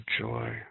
joy